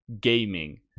gaming